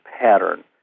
pattern